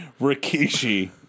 Rikishi